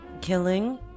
killing